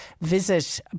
visit